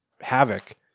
havoc